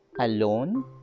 alone